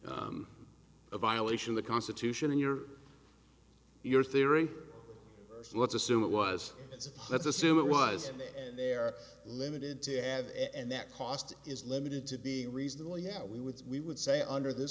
a violation of the constitution in your your theory let's assume it was let's assume it was there limited to add and that cost is limited to the reasonable yeah we would we would say under this